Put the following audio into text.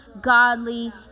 godly